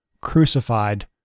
crucified